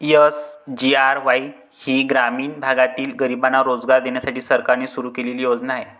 SGRY ही ग्रामीण भागातील गरिबांना रोजगार देण्यासाठी सरकारने सुरू केलेली योजना आहे